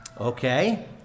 Okay